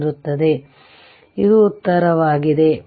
947601526amps ಇದು ಉತ್ತರವಾಗಿದೆ